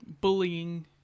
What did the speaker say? bullying